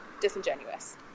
disingenuous